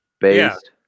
Based